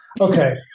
Okay